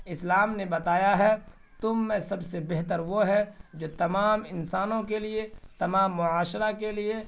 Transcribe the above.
اسلام نے بتایا ہے تم میں سب سے بہتر وہ ہے جو تمام انسانوں کے لیے تمام معاشرہ کے لیے